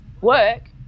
work